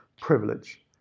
privilege